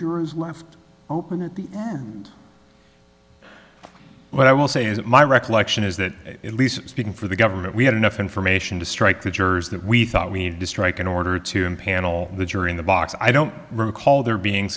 jurors left open at the end well i will say is that my recollection is that at least speaking for the government we had enough information to strike the jurors that we thought we needed to strike in order to impanel the jury in the box i don't recall there being